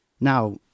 now